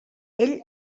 ell